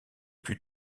plus